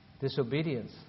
Disobedience